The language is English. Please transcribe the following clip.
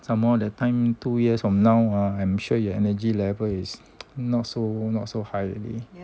some more the time two years from now uh I'm sure your energy level is not so not so high already